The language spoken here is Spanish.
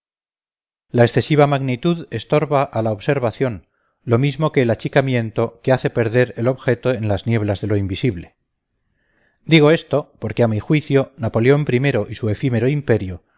la excesiva magnitud estorba a la observación lo mismo que el achicamiento que hace perder el objeto en las nieblas de lo invisible digo esto porque a mi juicio napoleón i y su efímero imperio